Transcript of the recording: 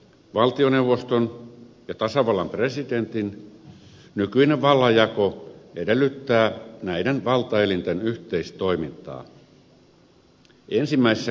valtioneuvoston ja tasavallan presidentin nykyinen vallanjako edellyttää näiden valtaelinten yhteistoimintaa